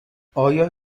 آیا